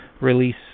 release